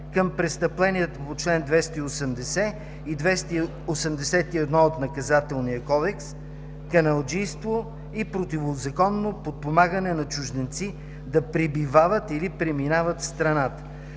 към престъпление по чл. 280 и 281 от Наказателния кодекс – каналджийство и противозаконно подпомагане на чужденци да пребивават или преминават страната.